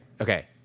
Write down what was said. okay